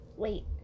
Wait